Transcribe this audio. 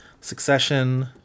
Succession